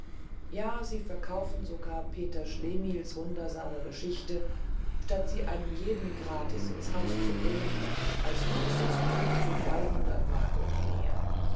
ja sie verkaufen sogar peter schlemihls wundersame geschichte statt sie einem jeden gratis ins haus zu bringen als luxusdruck zu dreihundert mark und mehr